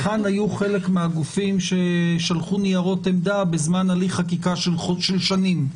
היכן היו חלק מהגופים ששלחו ניירות עמדה בזמן הליך חקיקה של שנים.